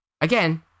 Again